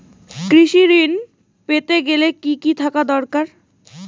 কৃষিঋণ পেতে গেলে কি কি থাকা দরকার?